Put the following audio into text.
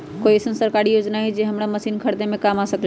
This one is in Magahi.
कोइ अईसन सरकारी योजना हई जे हमरा मशीन खरीदे में काम आ सकलक ह?